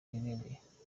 iherereye